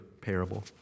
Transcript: parable